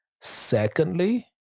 Secondly